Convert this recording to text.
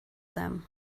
them